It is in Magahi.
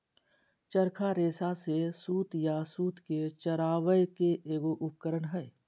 चरखा रेशा से सूत या सूत के चरावय के एगो उपकरण हइ